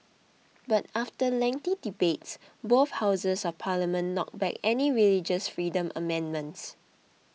but after lengthy debates both houses of parliament knocked back any religious freedom amendments